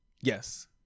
Yes